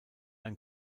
ein